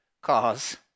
cause